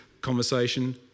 conversation